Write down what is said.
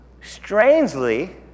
Strangely